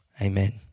Amen